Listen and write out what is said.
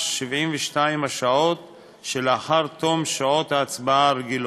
72 השעות שלאחר תום שעות ההצבעה הרגילות.